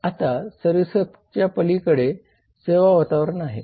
आता सर्व्हिसस्केपच्या पलीकडे सेवा वातावरण आहे